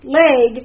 leg